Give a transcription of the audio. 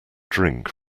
drink